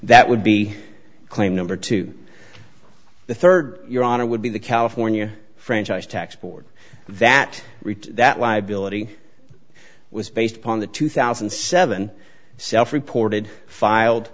that would be a claim number two the rd your honor would be the california franchise tax board that that liability was based upon the two thousand and seven self reported filed